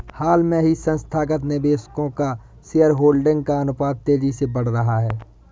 हाल ही में संस्थागत निवेशकों का शेयरहोल्डिंग का अनुपात तेज़ी से बढ़ रहा है